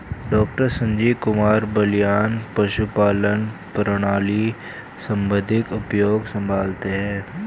doctor Sanjeev Kumar Balyan पशुपालन प्रणाली संबंधित आयोग संभालते हैं